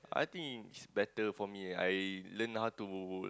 I think is better for me I learn how to